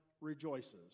Rejoices